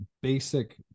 basic